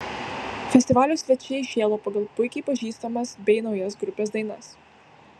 festivalio svečiai šėlo pagal puikiai pažįstamas bei naujas grupės dainas